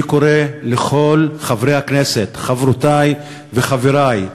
אני קורא לכל חברי הכנסת: חברותי וחברי,